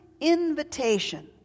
invitation